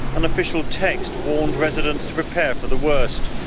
an official text warned residents to prepare for the worst.